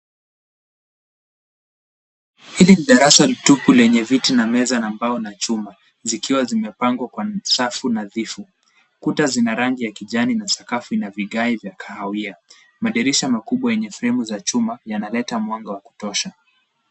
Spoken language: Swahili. Hili ni darasa la tupu lenye viti na meza ambayo na chuma, zikiwa zimepangwa kwa safu nadhifu. Kuta zina rangi ya kijani na sakafu ina vigae vya kahawia, madirisha makubwa yenye fremu za chuma yanaleta mwanga wa kutosha.